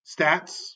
stats